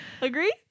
agree